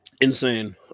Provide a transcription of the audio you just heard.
Insane